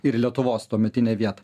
ir lietuvos tuometinę vietą